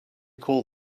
call